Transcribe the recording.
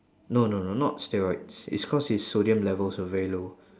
no no no not steroids it's cause his sodium levels were very low